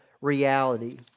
reality